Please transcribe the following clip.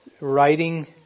writing